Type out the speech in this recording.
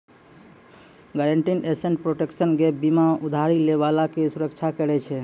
guaranteed asset protection gap बीमा उधारी लै बाला के सुरक्षा करै छै